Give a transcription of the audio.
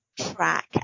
track